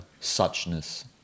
suchness